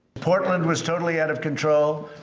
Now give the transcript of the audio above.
portland was totally out of control,